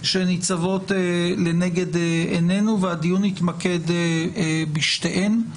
שניצבות לנגד עינינו והדיון יתמקד בשתיהן.